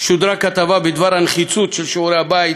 שודרה כתבה בדבר הנחיצות של שיעורי הבית